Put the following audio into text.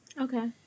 Okay